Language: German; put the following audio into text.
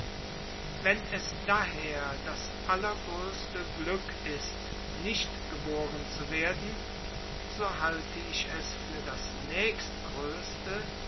wenn es daher allergrößte glück ist nicht geboren zu werden so halte ich es für das nächstgrößte